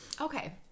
Okay